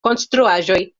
konstruaĵoj